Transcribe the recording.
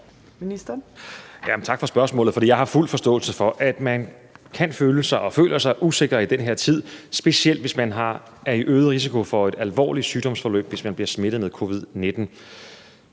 Tak for spørgsmålet. Jeg har fuld forståelse for, at man kan føle sig og føler sig usikker i den her tid, specielt hvis man er i øget risiko for et alvorligt sygdomsforløb, hvis man bliver smittet med covid-19.